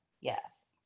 Yes